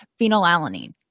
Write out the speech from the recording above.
phenylalanine